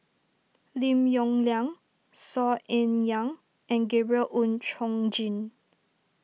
Lim Yong Liang Saw Ean Ang and Gabriel Oon Chong Jin